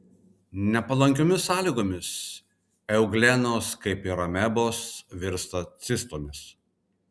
nepalankiomis sąlygomis euglenos kaip ir amebos virsta cistomis